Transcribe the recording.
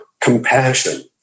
compassion